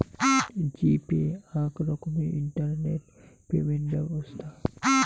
জি pay আক রকমের internet payment ব্যবছ্থা